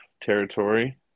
territory